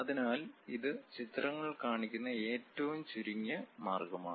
അതിനാൽ ഇത് ചിത്രങ്ങൾ കാണിക്കുന്ന ഏറ്റവും ചുരുങ്ങിയ മാർഗമാണ്